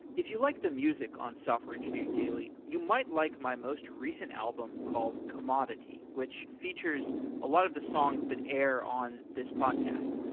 if you like the music on software engineering daily, you might like most recent album called commodity, which features a lot of the songs that air on this podcast.